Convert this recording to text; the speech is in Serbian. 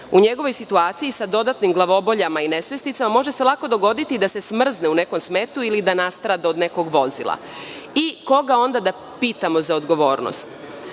U njegovoj situaciji, sa dodatnim glavoboljama i nesvesticama, može se lako dogoditi da se smrzne u nekom smetu ili da nastrada od nekog vozila. Koga onda da pitamo za odgovornost? Još